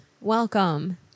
welcome